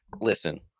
listen